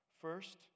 First